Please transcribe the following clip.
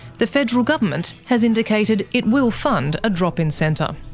the federal government has indicated it will fund a drop-in centre.